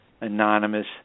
Anonymous